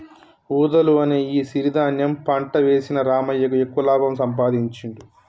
వూదలు అనే ఈ సిరి ధాన్యం పంట వేసిన రామయ్యకు ఎక్కువ లాభం సంపాదించుడు